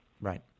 Right